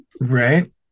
Right